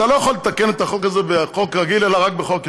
אתה לא יכול לתקן את החוק הזה בחוק רגיל אלא רק בחוק-יסוד.